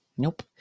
Nope